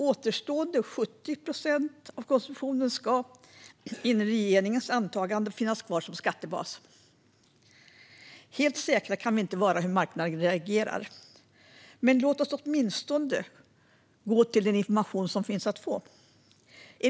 Återstående 70 procent av konsumtionen ska, enligt regeringens antagande, finnas kvar som skattebas. Vi kan inte vara helt säkra på hur marknaden reagerar, men låt oss åtminstone gå till den information som finns att få.